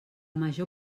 major